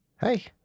Hey